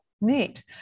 neat